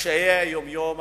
בקשיי היום-יום.